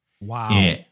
Wow